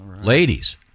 Ladies